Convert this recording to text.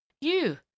You